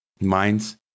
Minds